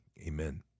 amen